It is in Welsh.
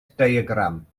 diagram